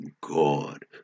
God